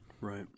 Right